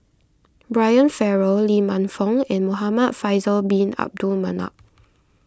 Brian Farrell Lee Man Fong and Muhamad Faisal Bin Abdul Manap